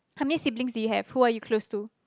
how many siblings do you have who are you close to